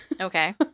Okay